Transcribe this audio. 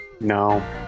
No